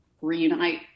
reunite